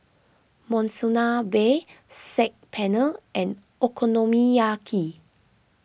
Monsunabe Saag Paneer and Okonomiyaki